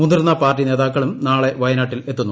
മുതിർന്ന പാർട്ടി നേതാക്കളും നാളെ വയനാട്ടിൽ എത്തുന്നുണ്ട്